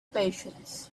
patience